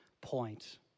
point